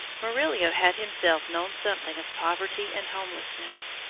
murillo had himself known something of poverty and homelessness.